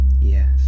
Yes